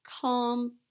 calm